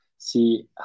see